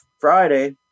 Friday